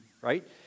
right